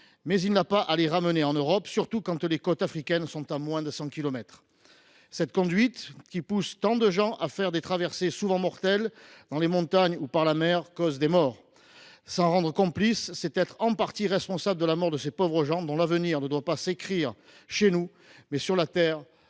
il n’a pas à les ramener en Europe, surtout quand les côtes africaines sont à moins de 100 kilomètres ! Cette conduite, qui pousse tant de gens à faire des traversées périlleuses dans les montagnes ou par la mer, cause des morts. S’en rendre complice, c’est être en partie responsable de la mort de ces pauvres gens dont l’avenir doit s’écrire, non pas chez nous, mais sur la terre